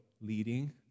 leading